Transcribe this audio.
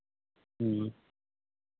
ह्म्म